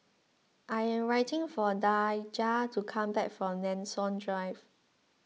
I am waiting for Daijah to come back from Nanson Drive